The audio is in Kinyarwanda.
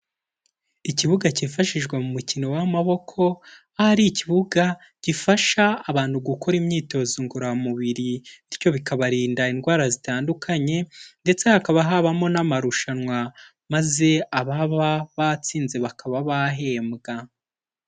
Ikibuga cyifashishwa mu mukino w'amaboko, aho ari ikibuga gifasha abantu gukora imyitozo ngororamubiri, bityo bikabarinda indwara zitandukanye ndetse hakaba habamo n'amarushanwa maze ababa batsinze bakaba bahembwa.